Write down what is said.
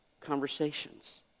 conversations